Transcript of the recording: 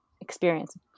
experience